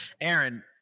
Aaron